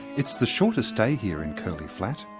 it's the shortest day here in curly flat.